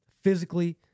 physically